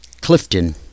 Clifton